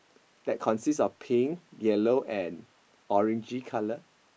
that consist of pink yellow and orange colour